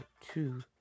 two